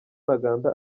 ntaganda